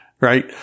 Right